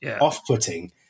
off-putting